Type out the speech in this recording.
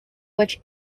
which